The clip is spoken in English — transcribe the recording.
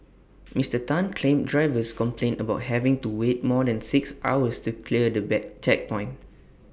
Mister Tan claimed drivers complained about having to wait more than six hours to clear the back checkpoint